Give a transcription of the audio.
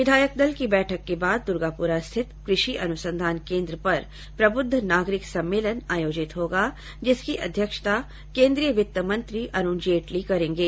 विधायक दल की बैठक के बाद दुर्गापुरा स्थित कृषि अनुसंधान केंद्र पर प्रबुद्ध नागरिक सम्मेलन आयोजित होगा जिसकी अध्यक्षता केन्द्रीय वित्त मंत्री अरूण जेटली करेंगे